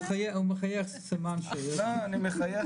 הוא מחייך סימן -- אני מחייך,